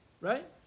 Right